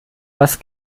was